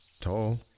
tall